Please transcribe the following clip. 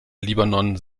libanon